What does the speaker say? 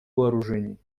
вооружений